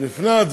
מי נגד?